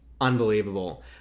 Unbelievable